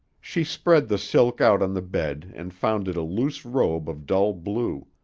she spread the silk out on the bed and found it a loose robe of dull blue,